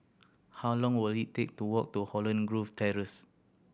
how long will it take to walk to Holland Grove Terrace